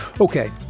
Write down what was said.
Okay